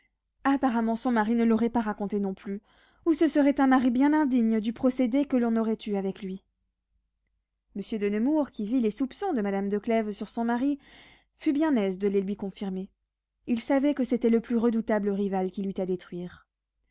apparemment son mari ne l'aurait pas racontée non plus ou ce serait un mari bien indigne du procédé que l'on aurait eu avec lui monsieur de nemours qui vit les soupçons de madame de clèves sur son mari fut bien aise de les lui confirmer il savait que c'était le plus redoutable rival qu'il eût à détruire